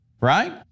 right